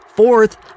Fourth